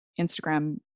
Instagram